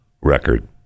record